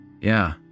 Yeah